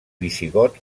visigot